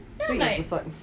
eh tepat